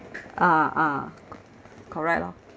ah ah correct lor